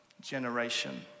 generation